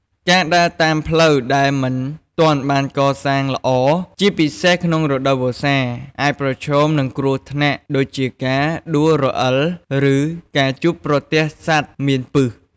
ការដើរតាមផ្លូវដែលមិនទាន់បានកសាងល្អ ជាពិសេសក្នុងរដូវវស្សា អាចប្រឈមនឹងគ្រោះថ្នាក់ដូចជាការដួលរអិល ឬការជួបប្រទះសត្វមានពិស។